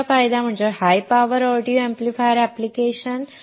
दुसरा फायदा म्हणजे high power audio amplifier application